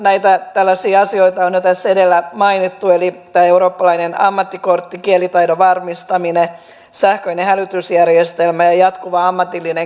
näitä tällaisia asioita on jo tässä edellä mainittu eli tämä eurooppalainen ammattikortti kielitaidon varmistaminen sähköinen hälytysjärjestelmä ja jatkuva ammatillinen kehittyminen